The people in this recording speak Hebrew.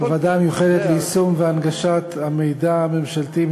בוועדה המיוחדת ליישום והנגשת המידע הממשלתי,